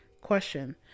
Question